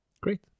Great